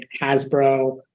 Hasbro